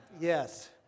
yes